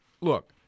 look